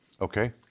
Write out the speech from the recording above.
Okay